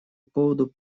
поводу